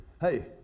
hey